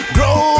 Grow